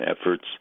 efforts